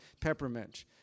peppermint